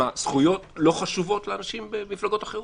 זכויות לא חשובות לאנשים במפלגות אחרות?